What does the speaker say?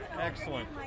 excellent